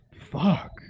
fuck